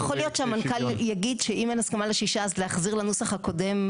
יכול להיות שהמנכ"ל יגיד שאם אין הסכמה לשישה אז להחזיר לנוסח הקודם,